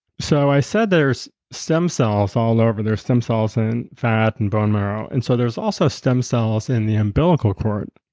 so i said there's stem cells all over there, stem cells and fat and bone marrow. and so there's also stem cells in the umbilical cord.